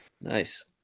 Nice